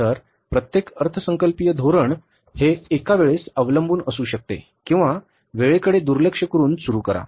तर प्रत्येक अर्थसंकल्पीय धोरण हे एका वेळेस अवलंबून असू शकते किंवा वेळ कडे दुर्लक्ष करून सुरू करा